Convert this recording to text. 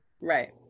Right